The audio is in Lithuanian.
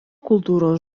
kultūros